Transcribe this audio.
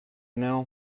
now